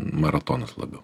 maratonas labiau